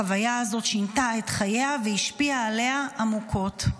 החוויה הזאת שינתה את חייה והשפיעה עליה עמוקות.